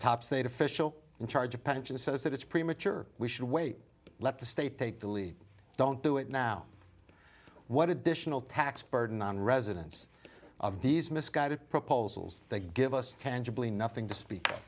top state official in charge of pensions says that it's premature we should wait let the state take the lead don't do it now what additional tax burden on residents of these misguided proposals that give us ten chablis nothing to speak